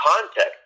context